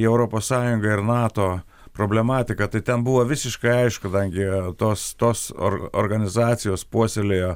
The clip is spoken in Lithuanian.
į europos sąjungą ir nato problematiką tai ten buvo visiškai aišku kadangi tos tos or organizacijos puoselėjo